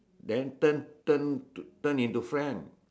then turn turn turn turn into friend